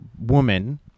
woman